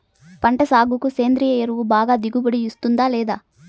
పంట సాగుకు సేంద్రియ ఎరువు బాగా దిగుబడి ఇస్తుందా లేదా